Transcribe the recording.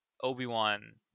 obi-wan